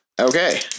Okay